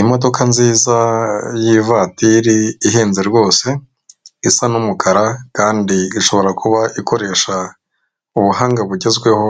Imodoka nziza y'ivatiri ihenze rwose. Isa n'umukara kandi ishobora kuba ikoresha ubuhanga bugezweho